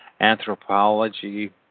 anthropology